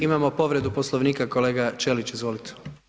Imamo povredu Poslovnika, kolega Ćelić izvolite.